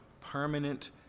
permanent